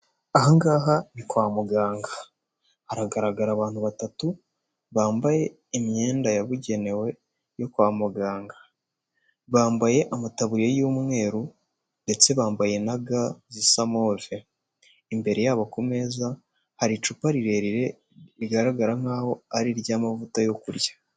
Aha ngaha ni kwa muganga haragaragara abantu batatu bambaye imyenda yabugenewe yo kwa muganga, bambaye amataburuya y'umweru ndetse bambaye na ga zisa move, imbere yabo ku meza hari icupa rirerire rigaragara nkaho ari iry'amavuta yo kurya.